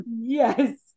Yes